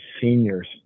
seniors